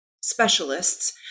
specialists